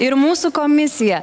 ir mūsų komisija